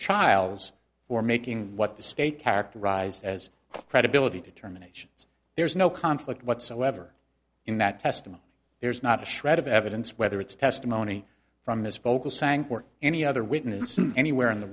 chiles for making what the state characterized as credibility determinations there's no conflict whatsoever in that testimony there's not a shred of evidence whether it's testimony from his vocal sank or any other witness anywhere in the